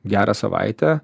gerą savaitę